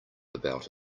about